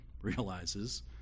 realizes